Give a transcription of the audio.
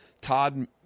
Todd